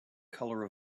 color